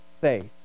faith